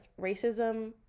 racism